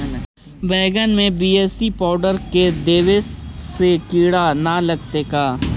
बैगन में BAC powder देबे से किड़ा न लगतै का?